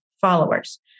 followers